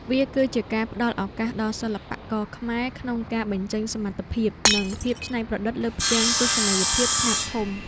វាគឺជាការផ្ដល់ឱកាសដល់សិល្បករខ្មែរក្នុងការបញ្ចេញសមត្ថភាព និងភាពច្នៃប្រឌិតលើផ្ទាំងទស្សនីយភាពខ្នាតធំ។